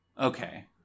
Okay